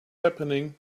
happening